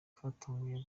katongo